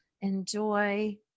enjoy